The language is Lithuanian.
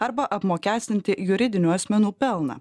arba apmokestinti juridinių asmenų pelną